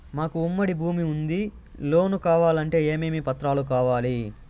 మాకు ఉమ్మడి భూమి ఉంది లోను కావాలంటే ఏమేమి పత్రాలు కావాలి?